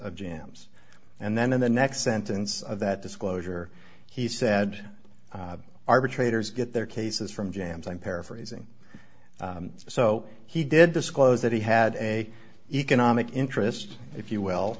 of jams and then in the next sentence of that disclosure he said arbitrators get their cases from james i'm paraphrasing so he did disclose that he had a economic interest if you will